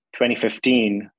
2015